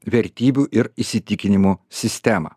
vertybių ir įsitikinimų sistemą